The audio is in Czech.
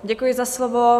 Děkuji za slovo.